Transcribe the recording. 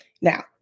Now